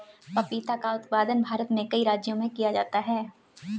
पपीता का उत्पादन भारत में कई राज्यों में किया जा रहा है